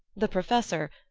the professor,